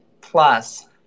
plus